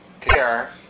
care